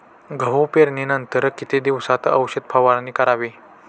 गहू पेरणीनंतर किती दिवसात औषध फवारणी करावी?